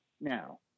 Now